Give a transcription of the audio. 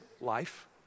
life